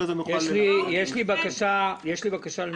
אחרי זה נוכל להתייחס לצד המשפטי.